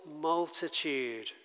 multitude